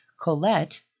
Colette